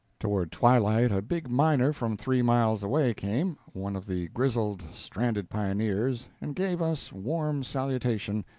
toward twilight a big miner from three miles away came one of the grizzled, stranded pioneers and gave us warm salutation,